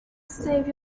save